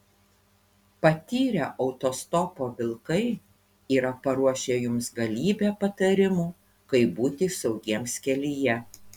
patyrę autostopo vilkai yra paruošę jums galybę patarimų kaip būti saugiems kelyje